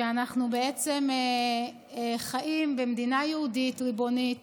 שאנחנו בעצם חיים במדינה יהודית ריבונית